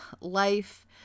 life